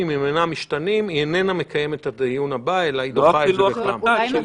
הוועדה לא חייבת לדון בכל בקשה של